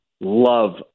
love